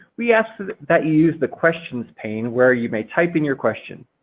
we ask that you use the questions pane where you may type in your question.